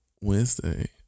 Wednesday